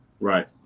Right